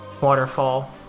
waterfall